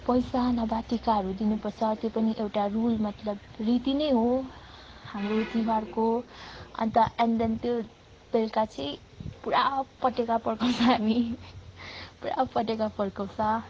पैसा नभए टिकाहरू दिनुपर्छ त्यो पनि एउटा रुल मतलब रीति नै हो हाम्रो तिहारको अन्त एन्ड देन त्यो बेलुका चाहिँ पुरा पटेका पड्काउँछ हामी पुरा पटेका पड्काउँछ